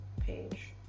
page